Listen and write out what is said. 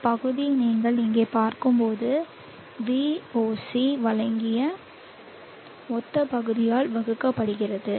இந்த பகுதியை நீங்கள் இங்கே பார்க்கும்போது Voc வழங்கிய மொத்த பகுதியால் வகுக்கப்படுகிறது